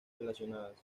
relacionadas